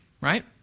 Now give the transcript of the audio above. right